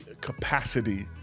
capacity